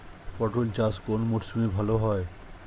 পটল চাষ কোন মরশুমে ভাল হয়?